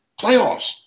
Playoffs